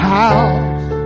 house